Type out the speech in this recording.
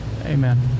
Amen